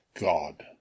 God